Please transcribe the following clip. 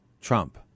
Trump